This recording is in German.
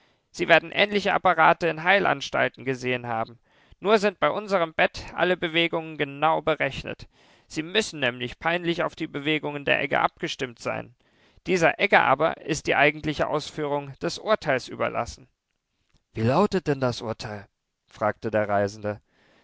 sie werden ähnliche apparate in heilanstalten gesehen haben nur sind bei unserem bett alle bewegungen genau berechnet sie müssen nämlich peinlich auf die bewegungen der egge abgestimmt sein dieser egge aber ist die eigentliche ausführung des urteils überlassen wie lautet denn das urteil fragte der reisende